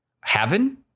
heaven